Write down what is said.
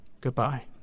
goodbye